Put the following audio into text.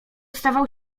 stawał